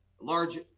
large